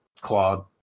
Claude